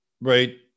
right